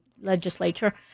legislature